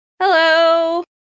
Hello